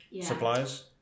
suppliers